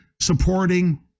supporting